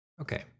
Okay